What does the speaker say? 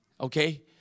Okay